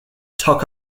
talk